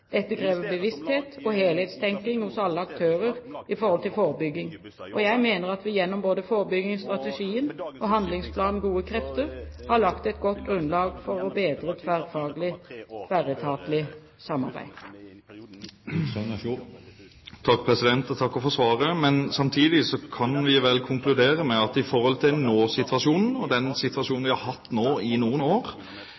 bevissthet og helhetstenkning hos alle aktører når det gjelder forebygging, og jeg mener at vi gjennom både forebyggingsstrategien og handlingsplanen Gode krefter har lagt et godt grunnlag for å bedre tverrfaglig, tverretatlig samarbeid. Jeg takker for svaret. Men samtidig kan vi vel konkludere med at nå-situasjonen og den situasjonen vi har hatt i noen år, ikke ser ut til